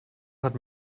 hat